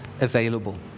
available